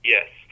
Yes